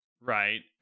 right